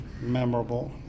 memorable